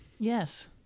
Yes